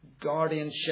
guardianship